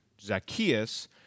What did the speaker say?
Zacchaeus